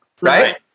right